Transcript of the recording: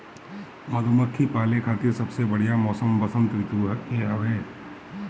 मधुमक्खी पाले खातिर सबसे बढ़िया मौसम वसंत ऋतू के हवे